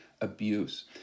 abuse